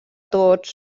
tots